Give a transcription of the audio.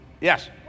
Yes